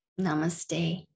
Namaste